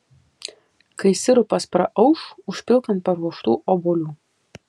kai sirupas praauš užpilk ant paruoštų obuolių